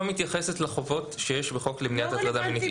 מתייחסת לחובות שיש בחוק למניעת הטרדה מינית.